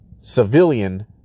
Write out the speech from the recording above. civilian